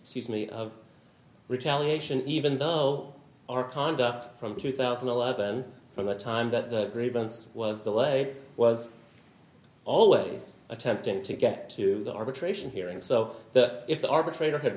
sees me of retaliation even though our conduct from two thousand and eleven from the time that the grievance was the way was always attempting to get to the arbitration hearing so that if the arbitrator had